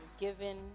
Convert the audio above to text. given